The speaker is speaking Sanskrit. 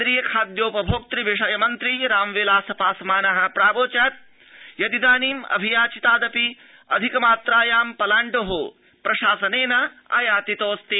केन्द्रीय खाद्योपभोक्त्र विषय मन्त्री रामविलास पासवान प्रावोचत् यदिदानीम् अभियाचितादपि अधिक मात्रायां पलाण्डु प्रशासनेन आयातितोऽस्ति